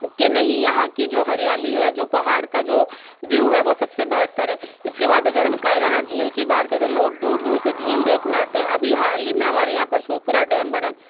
के नहीं यहाँ कि जो हरियाली है जो पहाड़ का जो व्यू है वह सबसे बेहतर है इसके बाद अगर हम काइलाना झील कि बाहर लोग दूर दूर से झील देखना है अभी हाल ही में हमारे यहाँ पर सुरपुरा डैम बना है